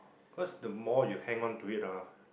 cause the more you hang on to it ah